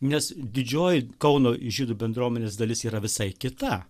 nes didžioji kauno žydų bendruomenės dalis yra visai kita